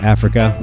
Africa